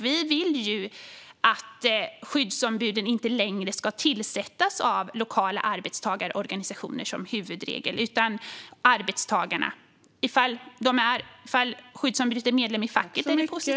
Vi vill att skyddsombuden inte längre ska tillsättas av lokala arbetstagarorganisationer som huvudregel utan av arbetstagarna. Ifall skyddsombudet är medlem i facket är det positivt.